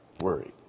worried